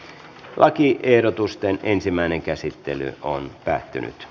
lakiehdotusten ensimmäinen käsittely päättyi